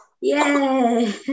Yay